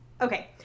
Okay